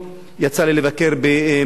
יצא לי לבקר במצרים,